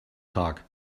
tag